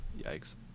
yikes